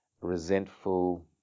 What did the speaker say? resentful